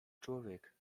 człowiek